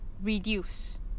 reduce